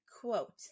quote